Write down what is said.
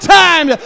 time